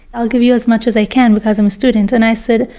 i'll give you as much as i can because i'm a student. and i said,